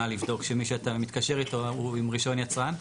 לבדוק שמי שאתה מתקשר איתו הוא עם רישיון יצרן.